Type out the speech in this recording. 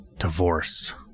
divorced